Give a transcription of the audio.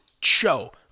show